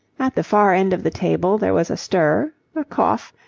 at the far end of the table there was a stir, a cough,